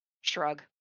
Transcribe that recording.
shrug